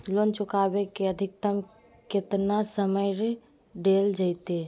Loan चुकाबे के अधिकतम केतना समय डेल जयते?